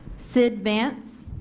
sid vance